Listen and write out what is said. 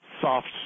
soft